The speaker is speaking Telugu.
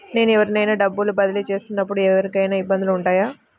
నేను ఎవరికైనా డబ్బులు బదిలీ చేస్తునపుడు ఏమయినా ఇబ్బందులు వుంటాయా?